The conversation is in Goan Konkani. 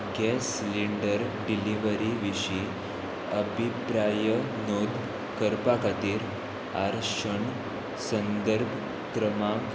गॅस सिलिंडर डिलिव्हरी विशीं अभिप्राय नोंद करपा खातीर आरक्षण संदर्भ क्रमांक